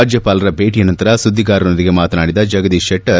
ರಾಜ್ಞಪಾಲರ ಭೇಟ ನಂತರ ಸುದ್ದಿಗಾರರೊಂದಿಗೆ ಮಾತನಾಡಿದ ಜಗದೀಶ್ ಶೆಟ್ಟರ್